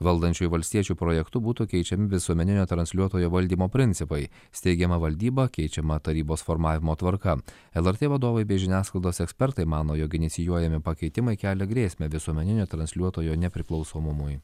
valdančiųjų valstiečių projektu būtų keičiami visuomeninio transliuotojo valdymo principai steigiama valdyba keičiama tarybos formavimo tvarka lrt vadovai bei žiniasklaidos ekspertai mano jog inicijuojami pakeitimai kelia grėsmę visuomeninio transliuotojo nepriklausomumui